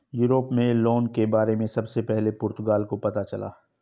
Europe में loan के बारे में सबसे पहले पुर्तगाल को पता चला